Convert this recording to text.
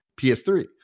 PS3